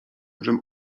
żem